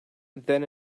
then